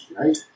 Right